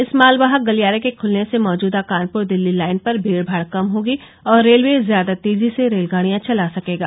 इस मालवाहक गलियारे के खुलने से मौजूदा कानपुर दिल्ली लाइन पर भीड़ भाड़ कम होगी और रेलवे ज्यादा तेजी से रेलगाडियां चला सकेगा